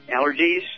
allergies